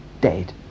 dead